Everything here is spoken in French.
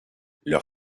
leur